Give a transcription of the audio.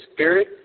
Spirit